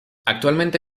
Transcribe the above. actualmente